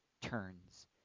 turns